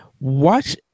watch